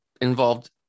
involved